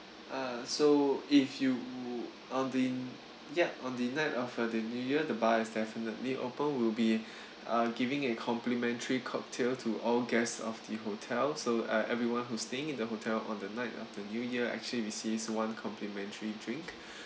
uh so if you on the yup on the night of uh the new year the bar is definitely open we'll be uh giving a complimentary cocktail to all guests of the hotel so uh everyone who's staying in the hotel on the night of the new year actually receives one complimentary drink